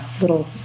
little